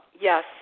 yes